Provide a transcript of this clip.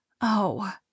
Oh